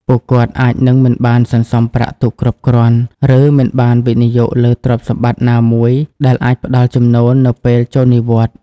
ពួកគាត់អាចនឹងមិនបានសន្សំប្រាក់ទុកគ្រប់គ្រាន់ ឬមិនបានវិនិយោគលើទ្រព្យសម្បត្តិណាមួយដែលអាចផ្ដល់ចំណូលនៅពេលចូលនិវត្តន៍។